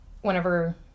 whenever